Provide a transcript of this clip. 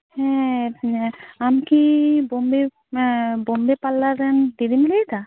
ᱦᱮᱸ ᱟᱢᱠᱤ ᱵᱳᱢᱵᱮ ᱵᱳᱢᱵᱮ ᱯᱟᱨᱞᱟᱨ ᱨᱮᱱ ᱫᱤᱫᱤᱢ ᱞᱟᱹᱭ ᱮᱫᱟ